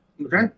Okay